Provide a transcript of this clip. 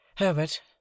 Herbert